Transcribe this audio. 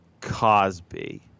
Cosby